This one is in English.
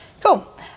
Cool